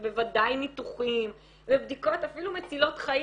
ובוודאי ניתוחים ובדיקות אפילו מצילות חיים,